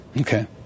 Okay